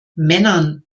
männern